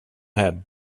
här